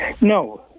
No